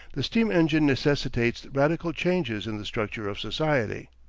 the steam engine necessitates radical changes in the structure of society.